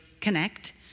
connect